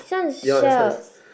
ya that's why